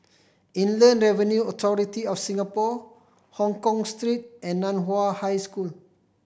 Inland Revenue Authority of Singapore Hongkong Street and Nan Hua High School